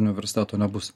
universiteto nebus